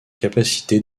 capacité